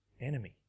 enemy